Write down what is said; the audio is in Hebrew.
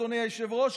אדוני היושב-ראש,